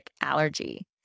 Allergy